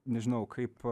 nežinau kaip